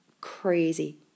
crazy